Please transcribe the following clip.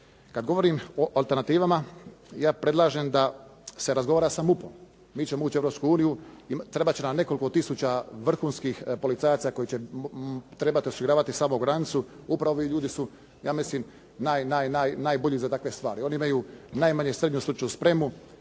Kad govorim o alternativama ja predlažem da se razgovara sa MUP-om. Mi ćemo ući u Europsku uniju i trebat će nam nekoliko tisuća vrhunskih policajaca koji će trebati osiguravati samu granicu. Upravo ovi ljudi su ja mislim najbolji za takve stvari. Oni imaju najmanje srednju stručnu spremu.